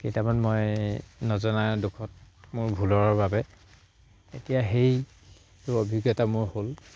কেইটামান মই নজনা দুখত মোৰ ভুলৰ বাবে এতিয়া সেইটো অভিজ্ঞতা মোৰ হ'ল